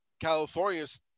California's